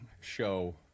show